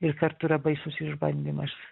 ir kartu yra baisus išbandymas